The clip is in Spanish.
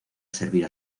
servir